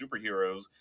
superheroes